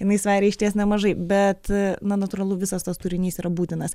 jinai sveria išties nemažai bet na natūralu visas tas turinys yra būtinas